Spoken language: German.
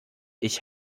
ich